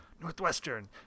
Northwestern